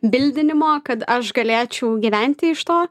bildinimo kad aš galėčiau gyventi iš to